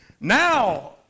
Now